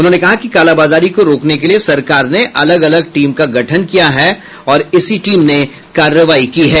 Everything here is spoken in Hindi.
उन्होंने कहा कि कालाबाजारी को रोकने के लिए सरकार ने अलग अलग टीम का गठन किया है और इसी टीम ने कार्रवाई की है